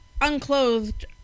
unclothed